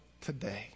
today